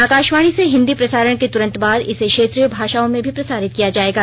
आकाशवाणी से हिन्दी प्रसारण के तुरंत बाद इसे क्षेत्रीय भाषाओं में भी प्रसारित किया जाएगा